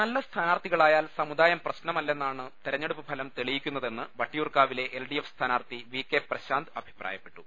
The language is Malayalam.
നല്ല സ്ഥാനാർത്ഥികളായാൽ സമുദായം പ്രശ്നമല്ലെന്നാണ് തെര ഞ്ഞെടുപ്പ് ഫലം തെളിയിക്കുന്നതെന്ന് വട്ടിയൂർക്കാവിലെ എൽഡി എഫ് സ്ഥാനാർത്ഥി വി കെ പ്രശാന്ത് അഭിപ്രായപ്പെട്ടു